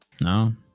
No